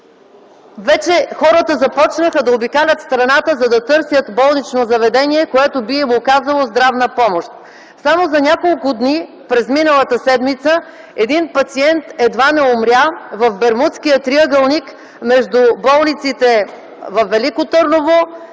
Вече хората започнаха да обикалят страната, за да търсят болнично заведение, което би им оказало здравна помощ. Само за няколко дни през миналата седмица един пациент едва не умря в бермудския триъгълник между болниците във Велико Търново,